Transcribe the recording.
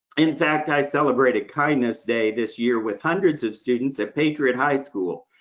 in fact, i celebrated kindness day this year with hundreds of students at patriot high school.